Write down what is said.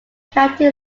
county